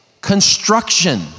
construction